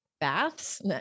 Baths